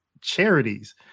charities